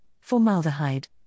formaldehyde